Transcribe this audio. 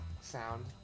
Sound